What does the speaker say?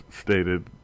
stated